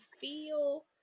feel